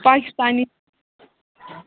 Pakistani